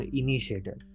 initiator